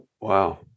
Wow